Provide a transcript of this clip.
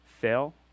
fail